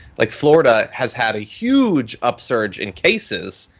like florida has had a huge upsurge in cases.